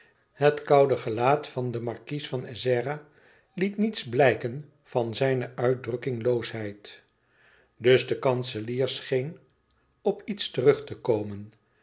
het koude gelaat van den markies van ezzera liet niets blijken in zijne uitdrukkingloosheid dus de kanselier scheen op iets terug te komen